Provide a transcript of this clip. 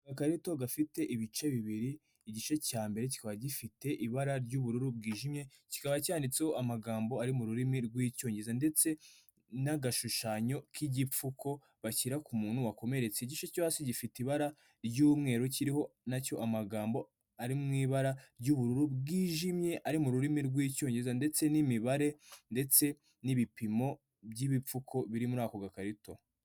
Agakarito gafite ibice bibiri, igice cya mbere kiba gifite ibara ry'ubururu bwijimye kikaba cyanditseho amagambo ari mu rurimi rw'icyongereza ndetse n'agashushanyo k'igipfuko bashyira k'umuntu wakomeretse, igice cyo hasi gifite ibara ry'umweru kiriho nacyo amagambo ari mu ibara ry'ubururu bwijimye!! ari mu rurimi rw'icyongereza ndetse n'imibare ndetse n'ibipimo by'ibipfuko biri muri ako gakarito.